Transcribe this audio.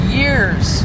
years